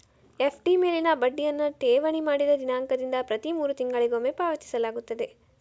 FD ಮೇಲಿನ ಬಡ್ಡಿಯನ್ನು ಠೇವಣಿ ಮಾಡಿದ ದಿನಾಂಕದಿಂದ ಪ್ರತಿ ಮೂರು ತಿಂಗಳಿಗೊಮ್ಮೆ ಪಾವತಿಸಲಾಗುತ್ತದೆ